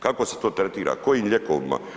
Kako se to tretira, kojim lijekovima?